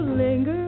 linger